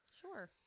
Sure